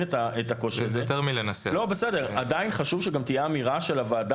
את הקושי הזה עדיין חשוב שגם תהיה אמירה של הוועדה